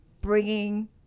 bringing